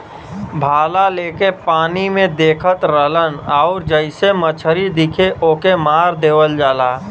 भाला लेके पानी में देखत रहलन आउर जइसे मछरी दिखे ओके मार देवल जाला